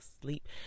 sleep